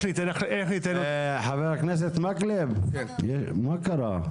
חה"כ מקלב, מה קרה?